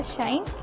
Shine